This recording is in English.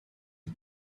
and